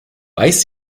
weiß